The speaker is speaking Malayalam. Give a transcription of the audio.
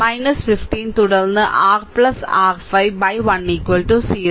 അതിനാൽ 15 തുടർന്ന് r r 5 by 1 0